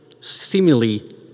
seemingly